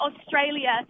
Australia